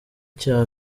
cya